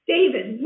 David